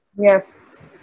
Yes